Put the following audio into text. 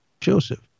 Joseph